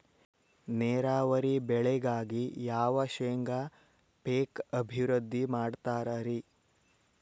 ನೇರಾವರಿ ಬೆಳೆಗಾಗಿ ಯಾವ ಶೇಂಗಾ ಪೇಕ್ ಅಭಿವೃದ್ಧಿ ಮಾಡತಾರ ರಿ?